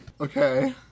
Okay